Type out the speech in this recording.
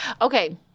Okay